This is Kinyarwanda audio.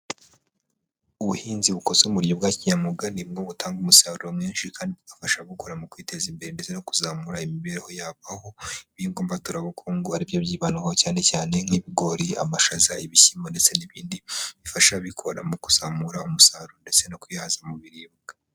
Ubuhinzi bukozwe mu buryo bwa kinyamuga nibwo butanga umusaruro mwinshi kandi bugafasha ababukora mu kwiteza imbere ndetse no kuzamura imibereho yabo, aho ibihinwa mbaturabukungu ari byo byibandwaho cyane cyane nk'ibigori, amashaza, ibishyimbo ndetse n'ibindi bifasha abikora mu kuzamura umusaruro ndetse no kwihaza mu biribwa.